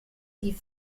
die